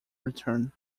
return